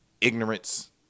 Ignorance